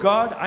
God